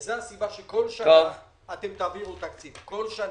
וזאת הסיבה שכל שנה אתם תעבירו תקציב, כל שנה.